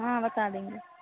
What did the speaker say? हाँ बता देंगे